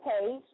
page